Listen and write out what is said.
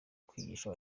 kwigisha